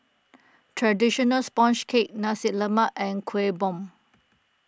Traditional Sponge Cake Nasi Lemak and Kuih Bom